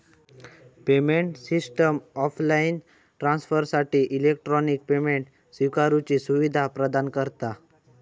payment system offline ट्रांसफरसाठी electronic payment स्विकारुची सुवीधा प्रदान करता